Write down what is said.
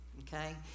Okay